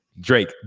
drake